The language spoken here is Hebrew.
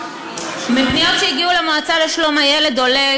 מפניות שהגיעו למועצה לשלום הילד עולה